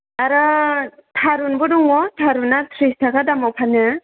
आरो थारुनबो दङ थारुना थ्रिस थाखा दामाव फानो